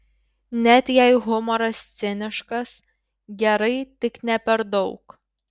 net jei humoras ciniškas gerai tik ne per daug